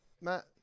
Matt